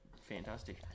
fantastic